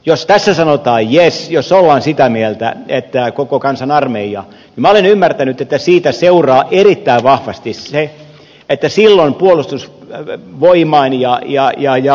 jos tässä sanotaan jes jos ollaan sitä mieltä että koko kansan armeija niin minä olen ymmärtänyt että siitä seuraa erittäin vahvasti se että silloin puolustus voimailija jai jai ja